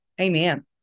Amen